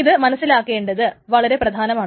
ഇത് മനസ്സിലാക്കേണ്ടത് വളരെ പ്രധാനമാണ്